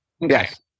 Yes